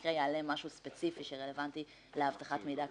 במקרה יעלה משהו ספציפי שרלוונטי לאבטחת מידע כאן.